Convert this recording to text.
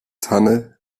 tanne